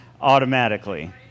automatically